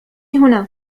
هنا